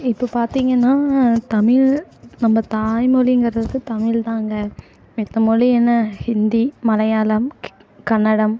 இப்போ பார்த்தீங்கன்னா தமிழ் நம்ம தாய்மொழிங்கறது தமிழ்தாங்க மத்த மொழி என்ன ஹிந்தி மலையாளம் கன்னடம்